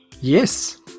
yes